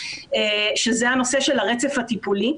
שזה הנושא של הרצף הטיפולי.